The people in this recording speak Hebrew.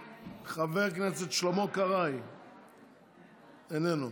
חבר הכנסת שלמה קרעי, איננו.